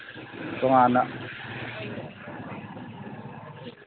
ꯇꯣꯉꯥꯟꯅ